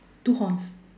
two horns